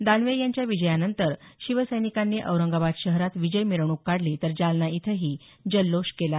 दानवे यांच्या विजयानंतर शिवसैनिकांनी औरंगाबाद शहरात विजय मिरवणूक काढली तर जालना इथंही जल्लोष केला